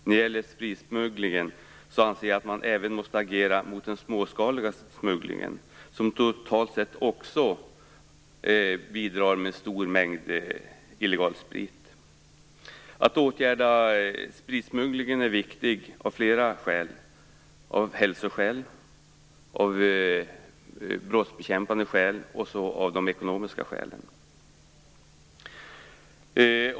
När det gäller spritsmugglingen anser jag att man även måste agera mot den småskaliga smugglingen, som totalt sett också bidrar med en stor mängd illegal sprit. Att åtgärda spritsmugglingen är viktigt av flera skäl. Det är viktigt av hälsoskäl, av brottsbekämpningsskäl och av ekonomiska skäl.